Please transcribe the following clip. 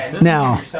Now